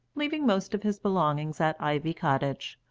leaving most of his belongings at ivy cottage,